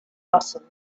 button